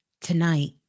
tonight